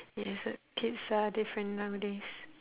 yes uh kids are different nowadays